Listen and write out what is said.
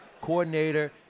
coordinator